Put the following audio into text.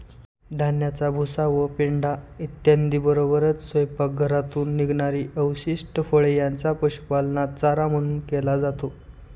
धान्याचा भुसा व पेंढा इत्यादींबरोबरच स्वयंपाकघरातून निघणारी अवशिष्ट फळे यांचा पशुपालनात चारा म्हणून केला जातो